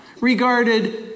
regarded